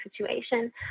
situation